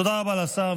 תודה רבה לשר.